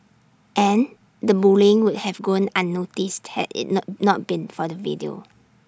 and the bullying would have gone unnoticed had IT not not been for the video